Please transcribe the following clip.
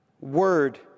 word